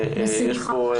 יש פה טעם לפגם.